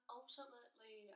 ultimately